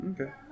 Okay